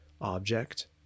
object